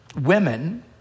women